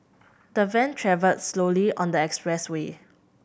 the van travelled slowly on the expressway